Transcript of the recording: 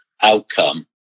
outcome